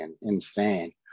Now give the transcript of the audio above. insane